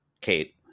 Kate